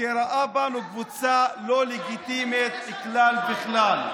שראה בנו קבוצה לא לגיטימית בכלל בכלל.